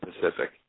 Pacific